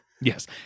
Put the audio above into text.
Yes